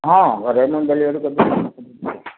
ହଁ ଘରେ ନହେଲେ ଡେଲିଭେରି କରିଦେବି